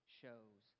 shows